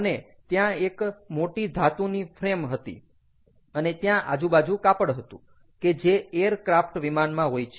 અને ત્યાં એક મોટી ધાતુની ફ્રેમ હતી અને ત્યાં આજુબાજુ કાપડ હતું કે જે એર ક્રાફ્ટ વિમાનમાં હોય છે